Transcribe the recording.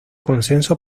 consenso